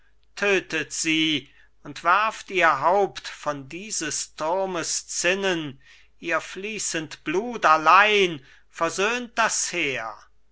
tötet sie und werft ihr haupt von dieses turmes zinnen ihr fließend blut allein versöhnt das heer